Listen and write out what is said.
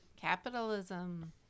capitalism